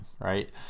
right